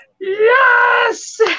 Yes